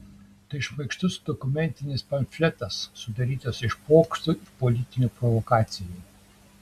tai šmaikštus dokumentinis pamfletas sudarytas iš pokštų ir politinių provokacijų